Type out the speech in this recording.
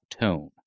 tone